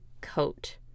coat